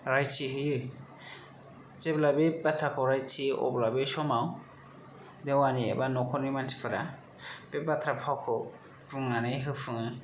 रायथिहैयो जेब्ला बे बाथ्राखौ रायथियो अब्ला बे समाव देवानि एबा न'खरनि मानसिफोरा बे बाथ्रा फावखौ बुंनानै होफुङो